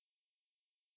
mm I see